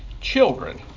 Children